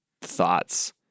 thoughts